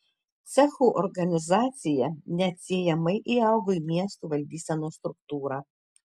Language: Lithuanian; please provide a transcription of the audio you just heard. cechų organizacija neatsiejamai įaugo į miestų valdysenos struktūrą